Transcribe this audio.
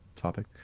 topic